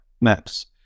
maps